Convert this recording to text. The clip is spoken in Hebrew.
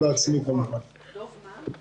דבר אחד,